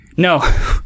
No